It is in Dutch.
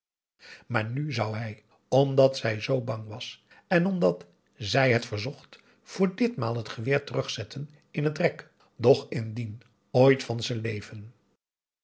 maar nu zou hij omdat zij zoo bang was en omdat zij het verzocht voor ditmaal het geweer terugzetten in het rek doch indien ooit van z'n